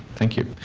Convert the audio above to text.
thank you.